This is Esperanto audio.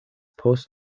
post